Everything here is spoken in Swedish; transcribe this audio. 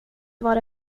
vara